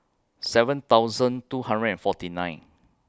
seven thousand two hundred and forty nine